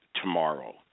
Tomorrow